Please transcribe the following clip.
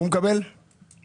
שמענו על הצעת החוק.